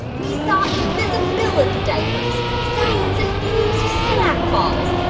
we saw invisibility diapers, science-infused snack balls,